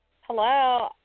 Hello